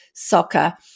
soccer